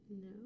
No